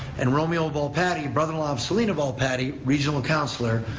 and romeo volpatti, brother-in-law of selina volpatti, regional councilor,